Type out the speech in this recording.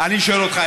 אני שואל אותך,